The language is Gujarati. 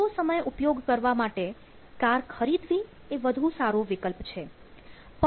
લાંબો સમય ઉપયોગ કરવા માટે કાર ખરીદવી વધુ સારો વિકલ્પ છે